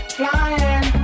flying